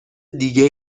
دیگه